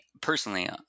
personally